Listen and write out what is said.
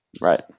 Right